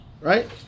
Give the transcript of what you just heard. Right